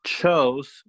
chose